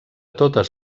totes